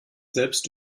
selbst